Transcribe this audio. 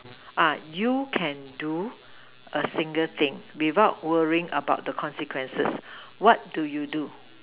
ah you can do a single thing without worrying about the consequences what do you do